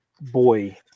boy